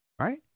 right